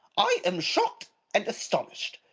i am shocked and astonished.